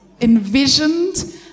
envisioned